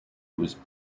was